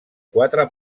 quatre